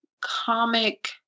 comic